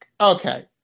Okay